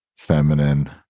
Feminine